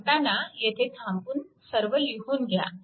ऐकताना येथे थांबून सर्व लिहून घ्या